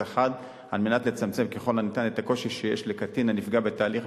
אחד כדי לצמצם ככל האפשר את הקושי שיש לקטין הנפגע בתהליך